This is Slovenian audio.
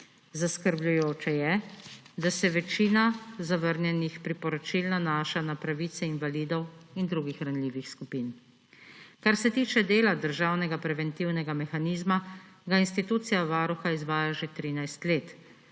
Zaskrbljujoče je, da se večina zavrnjenih priporočil nanaša na pravice invalidov in drugih ranljivih skupin. Kar se tiče dela državnega preventivnega mehanizma, ga institucija Varuha izvaja že 13 let.